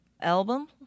album